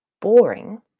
Boring